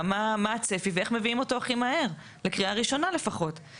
מה הצפי ואיך מביאים אותו הכי מהר לקריאה ראשונה לפחות,